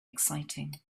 exciting